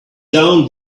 down